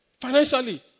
Financially